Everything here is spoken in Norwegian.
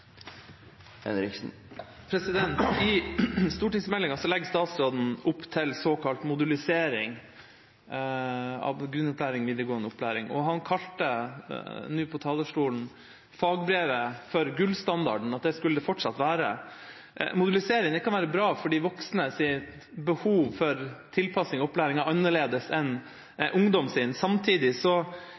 videregående opplæring. Han kalte fra talerstolen nå fagbrevet for gullstandarden, og at det skulle det fortsatt være. Modulisering kan være bra, fordi voksnes behov for tilpasset opplæring er annerledes enn ungdoms. Samtidig